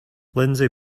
lindsey